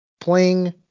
playing